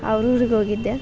ಅವ್ರ ಊರಿಗೆ ಹೋಗಿದ್ದೆ